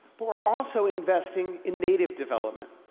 but we're also investing in native development.